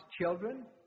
children